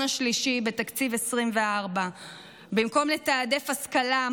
השלישי בתקציב 2024. במקום לתעדף השכלה,